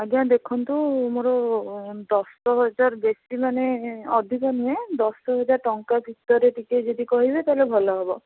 ଆଜ୍ଞା ଦେଖନ୍ତୁ ମୋର ଦଶ ହଜାର ବେଶୀ ମାନେ ଅଧିକ ନୁହେଁ ଦଶ ହଜାର ଟଙ୍କା ଭିତରେ ଟିକିଏ ଯଦି କହିବେ ତା' ହେଲେ ଭଲହେବ